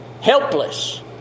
helpless